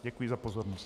Děkuji za pozornost.